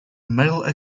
metal